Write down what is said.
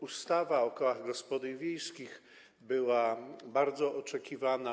Ustawa o kołach gospodyń wiejskich była bardzo oczekiwana.